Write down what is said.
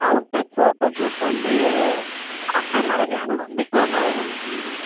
outer photo shoot வந்து after மேரேஜ்ஜும் வேணும் பிஃபோர் மேரேஜ்ஜும் வேணும்